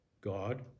God